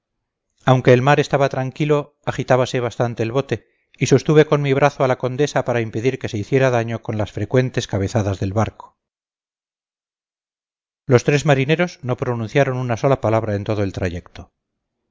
aunque el mar estaba tranquilo agitábase bastante el bote y sostuve con mi brazo a la condesa para impedir que se hiciera daño con las frecuentes cabezadas del barco los tres marinos no pronunciaron una sola palabra en todo el trayecto